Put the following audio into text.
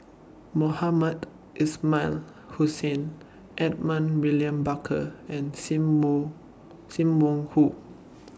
Mohamed Ismail Hussain Edmund William Barker and SIM Wong SIM Wong Hoo